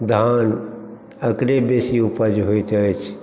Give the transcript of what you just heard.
धान एकरे बेसी उपज होइत अछि